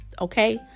okay